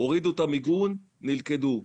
הורידו את המיגון ונלכדו.